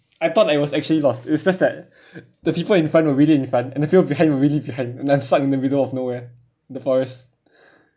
I thought I was actually lost it's just that the people in front were really in front and the people behind were really behind and I'm stuck in the middle of nowhere the forest